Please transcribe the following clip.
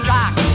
Rock